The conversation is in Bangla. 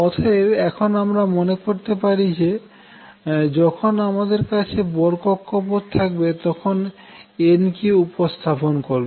অতএব এখন আমরা মনে করতে পারি যে যখন আমাদের কাছে বোর কক্ষপথ থাকবে তখন n কি উপস্থাপন করবে